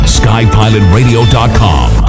skypilotradio.com